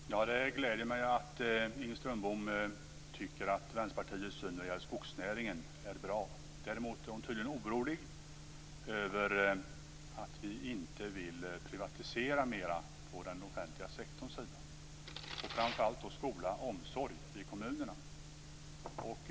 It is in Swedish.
Fru talman! Det gläder mig att Inger Strömbom tycker att Vänsterpartiets syn på skogsnäringen är bra. Däremot är hon tydligen orolig över att vi inte vill privatisera mera på den offentliga sektorns sida. Det gäller framför allt skola och omsorg i kommunerna.